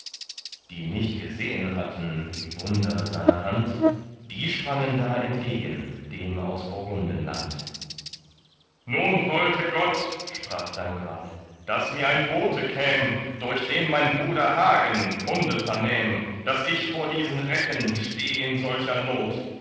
die nicht gesehen hatten die wunder seiner hand die sprangen da entgegen dem aus burgundenland nun wollte gott sprach dankwart daß mir ein bote käm durch den mein bruder hagen kunde vernähm daß ich vor diesen recken steh in solcher not